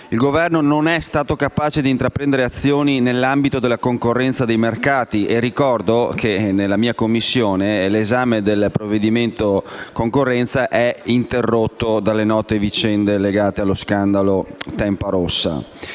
Il Governo non è stato capace di intraprendere azioni nell'ambito della concorrenza dei mercati e ricordo che nella mia Commissione l'esame del provvedimento sulla concorrenza è interrotto dalle note vicende legate allo scandalo Tempa Rossa